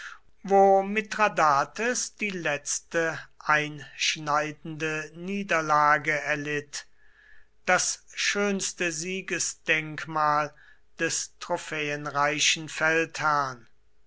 mithradates die letzte einschneidende niederlage erlitt das schönste siegesdenkmal des trophäenreichen feldherrn